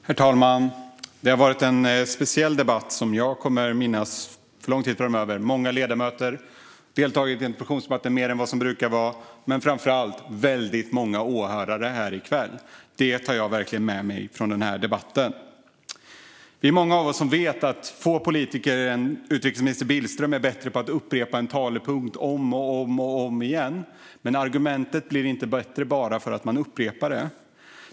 Herr talman! Det har varit en speciell debatt som jag kommer att minnas under lång tid framöver. Fler ledamöter än vanligt har deltagit i interpellationsdebatten, och framför allt är det väldigt många åhörare här i kväll. Det tar jag verkligen med mig från denna debatt. Många av oss vet att få politiker är bättre än utrikesminister Billström på att upprepa en talepunkt om och om igen, men argumentet blir inte bättre bara för att man upprepar det.